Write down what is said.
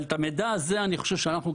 אבל את המידע הזה אני חושב שאנחנו,